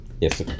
yes